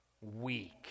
weak